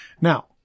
Now